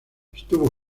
estuvo